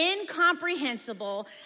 incomprehensible